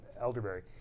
elderberry